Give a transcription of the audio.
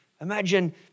Imagine